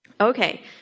Okay